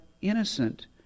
innocent